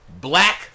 Black